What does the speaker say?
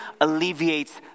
alleviates